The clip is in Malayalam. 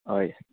ആ